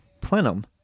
plenum